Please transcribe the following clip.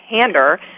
pander